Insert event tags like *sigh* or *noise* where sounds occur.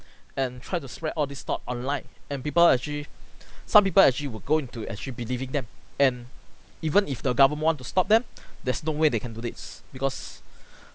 and try to spread all these thought online and people actually *breath* some people actually would go into actually believing them and even if the government want to stop them *breath* there's no way they can do this because *breath*